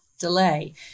delay